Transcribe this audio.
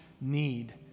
need